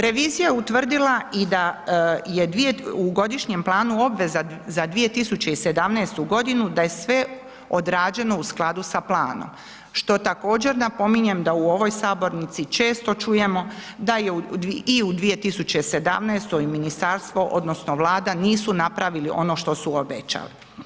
Revizija je utvrdila i da je u godišnjem planu obveza za 2017. g. da je sve urađeno u skladu sa planom, što također napominjem da u ovoj sabornici često čujemo da je i u 2017. ministarstvo, odnosno, vlada nisu napravili ono što su obećali.